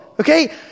Okay